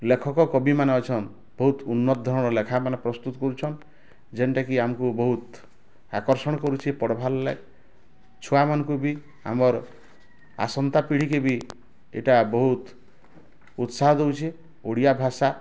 ଲେଖକ କବି ମାନେ ଅଛନ୍ ବହୁତ ଉନ୍ନତ ଧାରଣ ର ଲେଖା ମାନେ ପ୍ରସ୍ତୁତ କରୁଛନ୍ ଯେନ୍ଟାକି ଆମକୁ ବହୁତ ଆକର୍ଷଣ କରୁଛି ପଢ଼୍ବାର୍ ଲାଗି ଛୁଆ ମାନଙ୍କୁ ବି ଆମର୍ ଆସନ୍ତା ପିଢ଼ି କେ ବି ଏଇଟା ବହୁତ୍ ଉତ୍ସାହ ଦଉଛେ ଓଡ଼ିଆଭାଷା